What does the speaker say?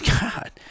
God